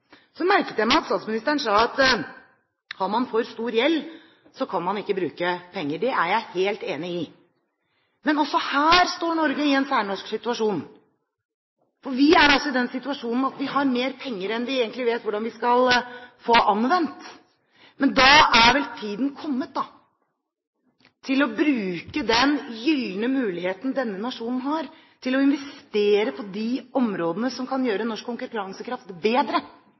Så merket jeg meg at statsministeren sa at har man for stor gjeld, kan man ikke bruke penger. Det er jeg helt enig i. Men også her er Norge i en særnorsk situasjon. Vi er altså i den situasjonen at vi har mer penger enn vi egentlig vet hvordan vi skal få anvendt. Da er vel tiden kommet til å bruke den gylne muligheten denne nasjonen har, til å investere på de områdene som kan gjøre norsk konkurransekraft bedre,